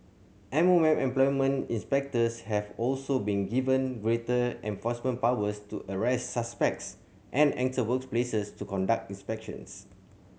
M O M employment inspectors have also been given greater enforcement powers to arrest suspects and enter workplaces to conduct inspections